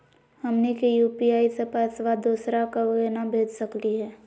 हमनी के यू.पी.आई स पैसवा दोसरा क केना भेज सकली हे?